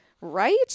Right